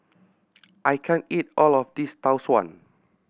I can't eat all of this Tau Suan